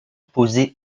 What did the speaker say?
posées